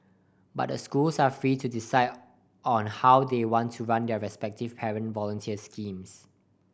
but the schools are free to decide on how they want to run their respective parent volunteers schemes